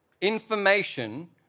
information